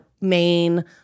main